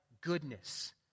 goodness